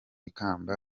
ikamba